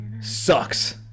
sucks